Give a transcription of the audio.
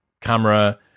camera